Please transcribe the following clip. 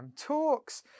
Talks